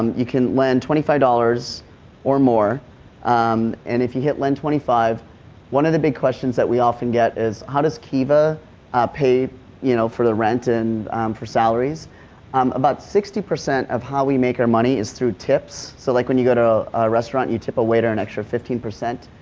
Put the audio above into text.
you can lend twenty five dollars or more um and if you hit lend twenty five one of the big questions that we often get is, ihow does kiva pay you know for the rent and for salaries i um about sixty percent of how we make our money is through tips. so, like, when you go to a restaurant you tip a waiter an extra fifteen percent,